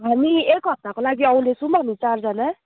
हामी एक हप्ताको लागि आउँदैछौँ हामी चारजना